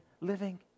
living